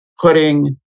putting